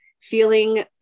feeling